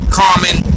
common